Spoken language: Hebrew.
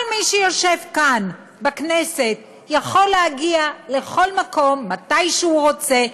כל מי שיושב כאן בכנסת יכול להגיע לכל מקום מתי שהוא רוצה,